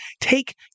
take